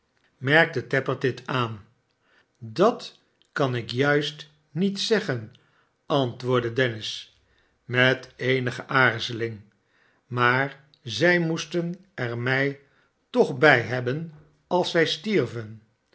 merkte tappertit aan dat kan ik juist niet zeggen antwoordde dennis met eenige aarzeling maar zij moesten er mij toch bij hebben als zij stierven